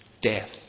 death